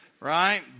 right